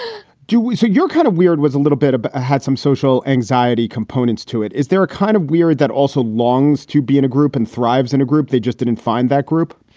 do we see your kind of weird with a little bit of but had some social anxiety components to it? is there a kind of weird that also longs to be in a group and thrives in a group? they just didn't find that group?